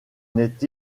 n’est